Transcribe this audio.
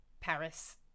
Paris